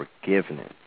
forgiveness